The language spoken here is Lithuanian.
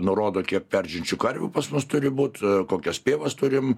nurodo kiek perdžiančių karvių pas mus turi būt kokias pievas turim